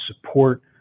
support